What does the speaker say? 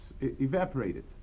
evaporated